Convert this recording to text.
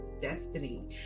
Destiny